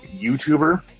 YouTuber